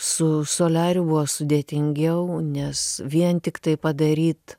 su soliariu buvo sudėtingiau nes vien tiktai padaryt